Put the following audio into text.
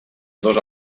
dos